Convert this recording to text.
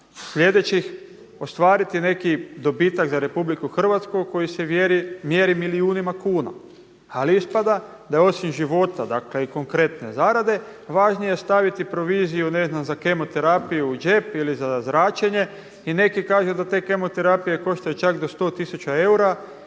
sljedećih ostvariti neki dobitak za RH koji se mjeri milijunima kuna. Ali ispada da osim života i konkretne zarade važnije je staviti proviziju ne znam za kemo terapiju u džep ili za zračenje. I neki kažu da te kemo terapije koštaju čak do 100 tisuća